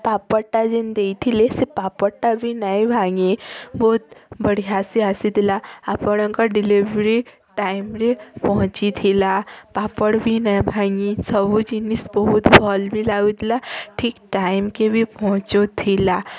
ପାପଡ଼୍ଟା ଯେମିତି ଦେଇଥିଲେ ସେ ପାପଡ଼୍ଟା ବି ନାଇଁ ଭାଙ୍ଗି ବହୁତ୍ ବଢ଼ିଆ ସେ ଆସିଥିଲା ଆପଣଙ୍କ ଡ଼େଲିଭିରୀ ଟାଇମ୍ରେ ପହଞ୍ଚିଥିଲା ପାପଡ଼୍ ବି ନାଇଁ ଭାଙ୍ଗି ସବୁ ଜିନିଷ୍ ବହୁତ୍ ଭଲ୍ ବି ଲାଗୁଥିଲା ଠିକ୍ ଟାଇମ୍କେ ବି ପହଞ୍ଚୁଥିଲା